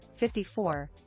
54